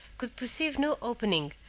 could perceive no opening,